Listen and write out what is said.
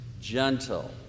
gentle